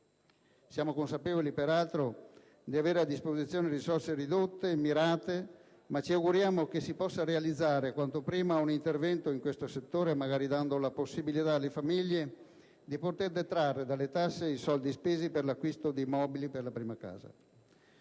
Siamo consapevoli, peraltro, di avere a disposizione risorse ridotte e mirate, ma ci auguriamo che si possa realizzare quanto prima un intervento in questo settore, magari dando la possibilità alle famiglie di poter detrarre dalle tasse i soldi spesi per l'acquisto di mobili per la prima casa.